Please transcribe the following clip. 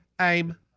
aim